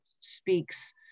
speaks